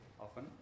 often